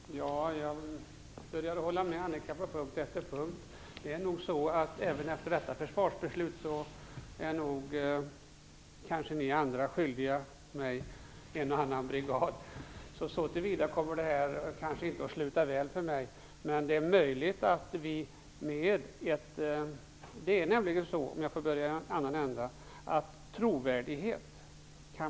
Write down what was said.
Herr talman! Jag börjar hålla med Annika Nordgren på punkt efter punkt. Det blir nog så, att även efter detta försvarsbeslut är ni andra skyldiga mig en och annan brigad. Så till vida kommer det kanske inte att sluta väl för mig. Om jag får börja i en annan ände, är det nämligen så att man aldrig kan besluta om trovärdighet.